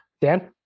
Dan